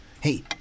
Hey